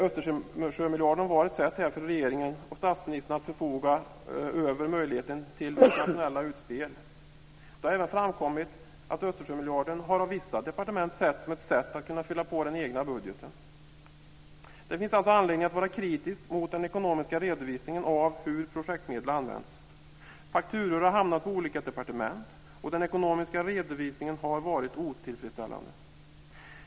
Östersjömiljarden var ett sätt för regeringen och statsministern att förfoga över möjligheten till internationella utspel. Det har även framkommit att Östersjömiljarden av vissa departement har setts som ett sätt att kunna fylla på den egna budgeten. Det finns alltså anledning att vara kritisk mot den ekonomiska redovisningen av hur projektmedel använts. Fakturor har hamnat på olika departement och den ekonomiska redovisningen har varit otillfredsställande.